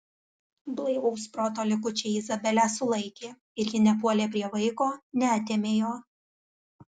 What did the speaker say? blaivaus proto likučiai izabelę sulaikė ir ji nepuolė prie vaiko neatėmė jo